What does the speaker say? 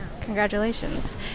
Congratulations